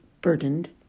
burdened